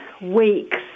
weeks